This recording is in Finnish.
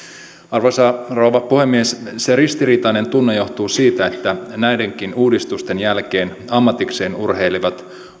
arvoisa rouva puhemies se ristiriitainen tunne johtuu siitä että näidenkin uudistusten jälkeen ammatikseen urheilevat